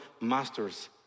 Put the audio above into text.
masters